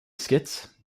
skits